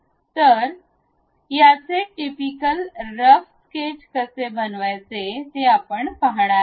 तर याचे typical rough sketch कसे बनवायचे ते आपण पाहणार आहोत